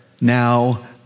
now